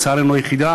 לצערנו היחיד,